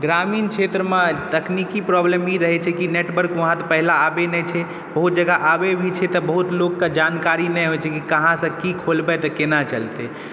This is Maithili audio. ग्रामीण क्षेत्रमे तकनीकी प्रॉब्लम ई रहै छै कि नेटवर्क उहाॅं पहिले तऽ आबै नहि छै बहुत जगह आबै भी छै तऽ बहुत लोककेँ जानकारी नहि होइ छै कि कहाँ से की खोलबै तऽ केना चलतै